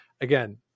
Again